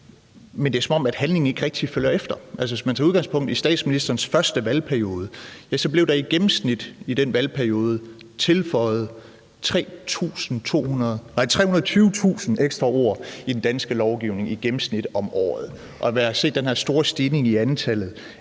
men det er, som om handling ikke rigtig følger efter. Hvis man tager udgangspunkt i statsministerens første valgperiode, blev der i gennemsnit i den valgperiode tilføjet 320.000 ekstra ord i den danske lovgivning i gennemsnit om året. Vi har set den her store stigning i antallet